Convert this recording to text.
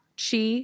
chi